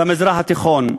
במזרח התיכון.